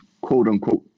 quote-unquote